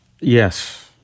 Yes